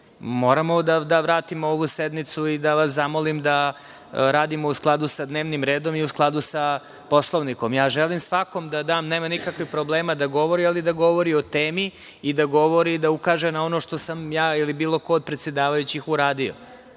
smisla. Moramo da vratimo ovu sednicu i da vas zamolim da radimo i u skladu sa dnevnim redom i u skladu sa Poslovnikom. Želim svako da dam, nema problema, da govori, ali da govori o temi i da ukaže na ono što sam ili bilo ko od predsedavajućih uradio,